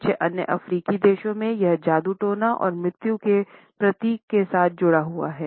कुछ अन्य अफ्रीकी देशों में यह जादू टोना और मृत्यु के प्रतीक साथ जुड़ा हुआ है